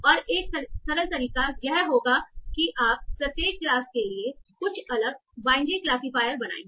और एक सरल तरीका यह होगा कि आप प्रत्येक क्लास के लिए कुछ अलग बाइनरी क्लासीफायर बनाएं